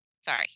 Sorry